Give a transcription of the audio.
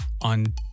on